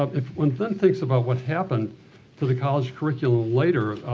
um if one thinks about what happened to the college curriculum later,